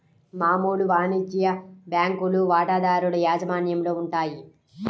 మామూలు వాణిజ్య బ్యాంకులు వాటాదారుల యాజమాన్యంలో ఉంటాయి